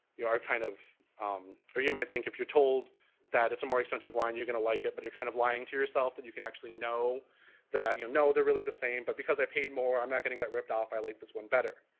you are kind of or you may think if you're told that it's a more expensive wine, you're going to like it, but you're kind of lying to yourself that you can actually know that you'll know they're really the same but because i paid more, i'm not going to get ripped off. i like this one better.